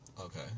okay